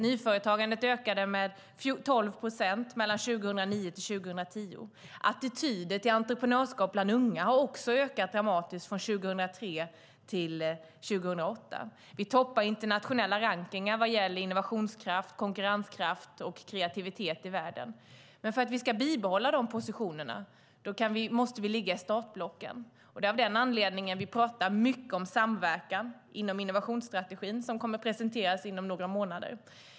Nyföretagandet ökade med 12 procent mellan 2009 och 2010. Attityderna till entreprenörskap bland unga har förbättrats dramatiskt från 2003 till 2008. Vi toppar internationella rankningar vad gäller innovationskraft, konkurrenskraft och kreativitet i världen. Men för att vi ska bibehålla dessa positioner måste vi ligga i startblocken. Det är av den anledningen som vi talar mycket om samverkan inom innovationsstrategin, som kommer att presenteras inom några månader.